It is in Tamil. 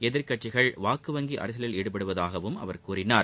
எதிர்க்கட்சிகள் வாக்கு வங்கி அரசியலில் ஈடுபடுவதாகவும் அவர் கூறினார்